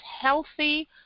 healthy